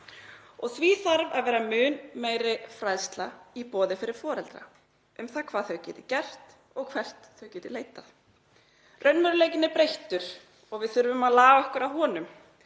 og því þarf að vera mun meiri fræðsla í boði fyrir foreldra um það hvað þau geti gert og hvert þau geti leitað. Raunveruleikinn er breyttur og við þurfum að laga okkur að honum.